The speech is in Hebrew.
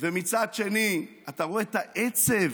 ומצד שני אתה רואה את העצב,